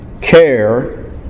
care